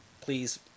please